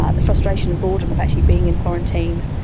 ah the frustration and boredom of actually being in quarantine,